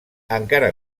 encara